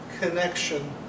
connection